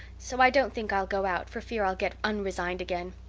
so i don't think i'll go out for fear i'll get unresigned again.